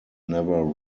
never